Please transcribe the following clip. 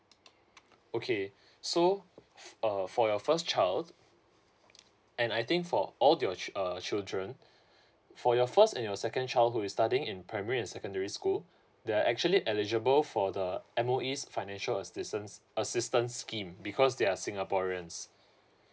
okay so uh for your first child and I think for all your chil~ err children for your first and your second child who is studying in primary and secondary school they are actually eligible for the M_O_E's financial assistance assistance scheme because they are singaporeans